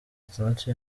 atandatu